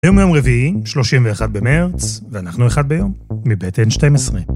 ‫היום היום רביעי, 31 במרץ, ‫ואנחנו אחד ביום, מבית N12.